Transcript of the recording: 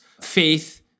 faith